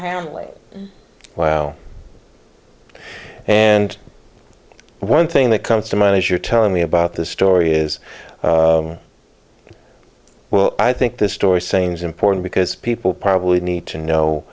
handle a wow and one thing that comes to mind as you're telling me about this story is well i think this story saying is important because people probably need to know